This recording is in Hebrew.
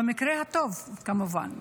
במקרה הטוב, כמובן.